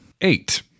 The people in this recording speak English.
Eight